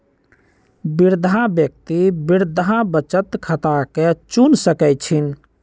वृद्धा व्यक्ति वृद्धा बचत खता के चुन सकइ छिन्ह